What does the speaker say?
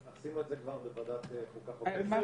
הרביזיה נדחתה.